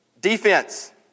defense